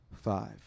five